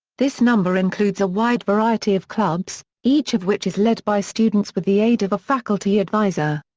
this number includes a wide variety of clubs, each of which is led by students with the aid of a faculty advisor.